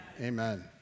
Amen